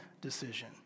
decision